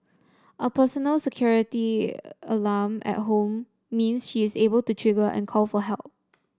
a personal security alarm at home means she is able to trigger and call for help